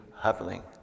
happening